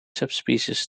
subspecies